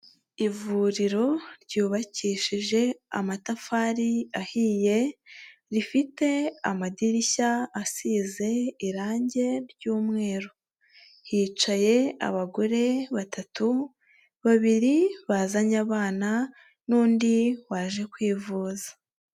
Ivuriro ryubakishije amatafari ahiye rifite amadirishya asize irange ry'umweru, hicaye abagore batatu, babiri bazanye abana n'undi waje kwivuza.